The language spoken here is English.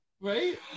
right